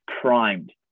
primed